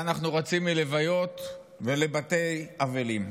ואנחנו רצים ללוויות ולבתי אבלים,